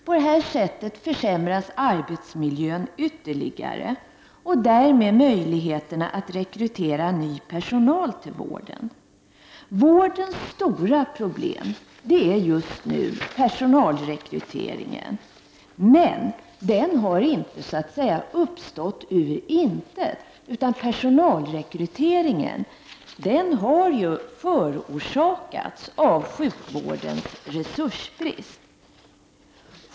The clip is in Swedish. På detta sätt försämras arbetsmiljön ytterligare, och därmed möjligheterna att rekrytera ny personal till vården. Vårdens stora problem är just nu personalrekryteringen. Men de har inte så att säga uppstått ur intet, utan problemen med personalrekryteringen har förorsakats av sjukvårdens resursbrist.